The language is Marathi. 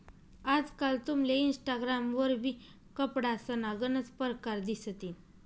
आजकाल तुमले इनस्टाग्राम वरबी कपडासना गनच परकार दिसतीन